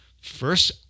first